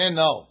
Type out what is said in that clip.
no